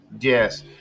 Yes